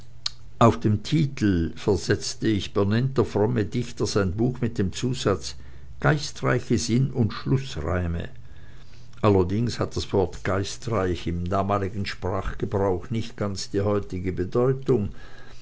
auf dem titel versetzte ich benennt der fromme dichter sein buch mit dem zusatz geistreiche sinn und schlußreime allerdings hat das wort geistreich im damaligen sprachgebrauch nicht ganz die jetzige bedeutung